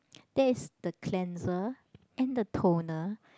that is the cleanser and the toner